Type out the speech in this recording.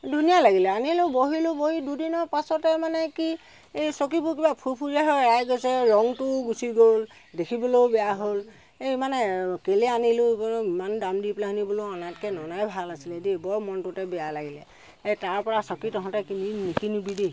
ধুনীয়া লাগিলে আনিলোঁ বহিলোঁ বহি দুদিনৰ পাছতে মানে কি চকীবোৰ কিবা ফুৰফুৰিয়া হৈ এৰাই গৈছে ৰংটো গুচি গ'ল দেখিবলৈও বেয়া হ'ল এই মানে আৰু কেলৈ আনিলোঁ ইমান দাম দি পেলানি আনি বোলো আনাতকৈ ননাই ভাল আছিলে দেই বৰ মনটোতে বেয়া লাগিলে তাৰ পৰা চকী তহঁতে কিনি নিকিনিবি দেই